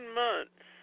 months